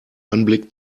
anblick